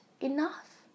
enough